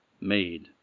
made